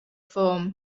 form